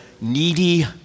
needy